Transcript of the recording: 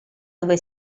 dove